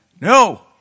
No